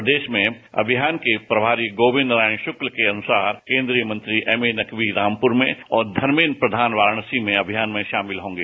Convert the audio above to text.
प्रदेश में अभियान के प्रभारी गोविंद नारायण शुक्ल के अनुसार केन्द्रीय मंत्री एमए नकवी रामपुर में और धर्मेन्द्र प्रधान वाराणसी में अभियान में शामिल होंगे